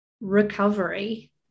recovery